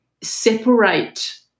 separate